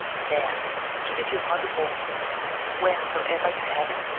there give it your hobby-horse wheresoever you had it,